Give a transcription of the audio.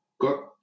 Got